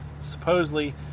supposedly